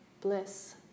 bliss